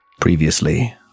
Previously